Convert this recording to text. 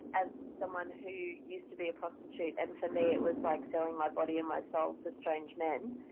as someone who used to be a prostitute and for me it was like selling my body and my soul to strange men,